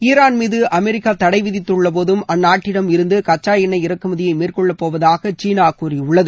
Iran மீது America தடை விதித்துள்ளபோதும் அந்நாட்டிடம் இருந்து கச்சா எண்ணெய் இறக்குமதியை மேற்கொள்ளப்போவதாக சீனா கூறியுள்ளது